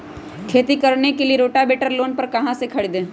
खेती करने के लिए रोटावेटर लोन पर कहाँ से खरीदे?